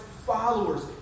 Followers